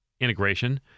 Integration